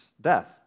death